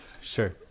sure